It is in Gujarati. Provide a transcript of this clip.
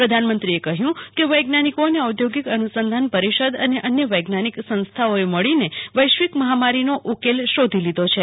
પ્રધાનમંત્રીએ કહ્યું કે વૈજ્ઞાનિકો અને ઔદ્યોગિક અન્યુંધાન પરિષદ અને અન્ય વૈજ્ઞાનિક સંસ્થાઓએ મેળીને વૈશ્વિક મેંકામારીનો ઉકેલ શોધી લીધો છે